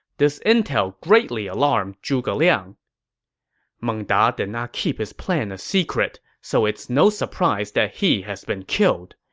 this intel greatly alarmed zhuge liang meng da did not keep his plan a secret, so it's no surprise that he has been killed.